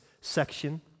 section